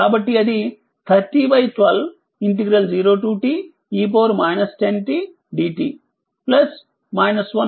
కాబట్టిఅది 3012 0te 10t dt ఉంటుంది